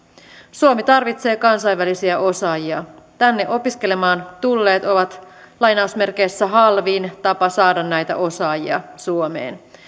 suomi tarvitsee kansainvälisiä osaajia tänne opiskelemaan tulleet ovat halvin tapa saada näitä osaajia suomeen